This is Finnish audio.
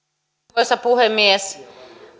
arvoisa puhemies